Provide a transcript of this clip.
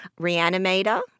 reanimator